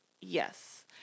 yes